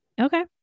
Okay